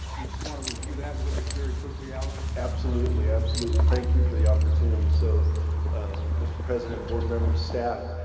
you just want to review that with us very quickly alan? absolutely, absolutely. thank you for the opportunity. so ah mr. president, board members, staff.